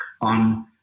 on